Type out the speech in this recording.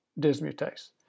dismutase